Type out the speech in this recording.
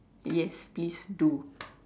yes please do